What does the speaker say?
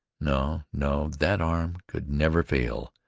no, no that arm could never fail.